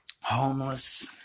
homeless